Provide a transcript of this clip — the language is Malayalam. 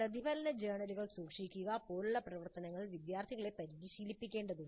പ്രതിഫലന ജേർണലുകൾ സൂക്ഷിക്കുക പോലുള്ള പ്രവർത്തനങ്ങളിൽ വിദ്യാർത്ഥികളെ പരിശീലിപ്പിക്കേണ്ടതുണ്ട്